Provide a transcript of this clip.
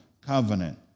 covenant